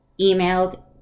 emailed